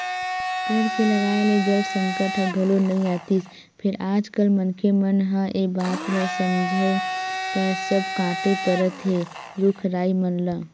पेड़ के लगाए ले जल संकट ह घलो नइ आतिस फेर आज कल मनखे मन ह ए बात ल समझय त सब कांटे परत हे रुख राई मन ल